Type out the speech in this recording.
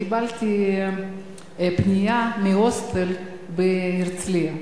קיבלתי פנייה מהוסטל בהרצלייה.